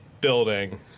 Building